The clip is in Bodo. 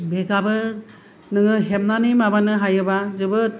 बेगाबो नोङो हेबनानै माबानो हायोबा जोबोद